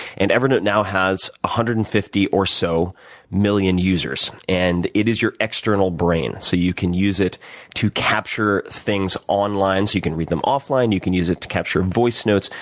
and evernote now has one ah hundred and fifty or so million users. and it is your external brain. so you can use it to capture things online so you can read them offline. you can use it to capture voice notes,